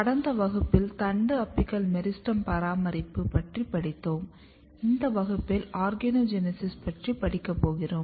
கடந்த வகுப்பில் தண்டு அபிக்கல் மெரிஸ்டெம் பராமரிப்பு பற்றி படித்தோம் இந்த வகுப்பில் ஆர்கனோஜெனீசிஸ் பற்றி படிக்கப் போகிறோம்